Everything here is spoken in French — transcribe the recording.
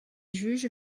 juges